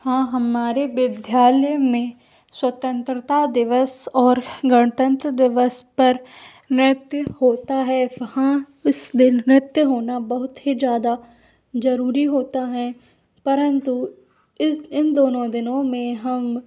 हाँ हमारे विद्यालय में स्वतंत्रता दिवस और गणतंत्र दिवस पर नृत्य होता है वहाँ उस दिन नृत्य होना बहुत ही ज़्यादा जरुरी होता है परन्तु इस इन दोनों दिनों में हम